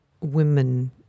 women